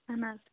اَہَن حظ